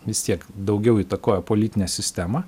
vis tiek daugiau įtakoja politinę sistemą